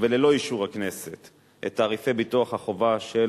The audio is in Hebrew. וללא אישור הכנסת את תעריפי ביטוח החובה של